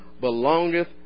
belongeth